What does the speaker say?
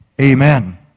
amen